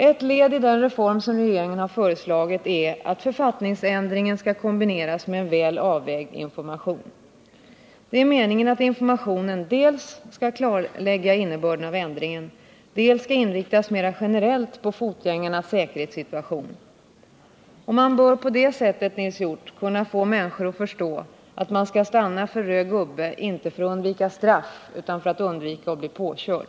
Ett led i den reform som regeringen har föreslagit är att författningsändringen skall kombineras med en väl avvägd information. Det är meningen att informationen dels skall klarlägga innebörden av ändringen, dels skall inriktas mera generellt på fotgängarnas säkerhetssituation. Man bör på det sättet, Nils Hjorth, kunna få människor att förstå att man skall stanna för röd gubbe, inte för att undvika straff utan för att undvika att bli påkörd.